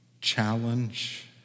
challenge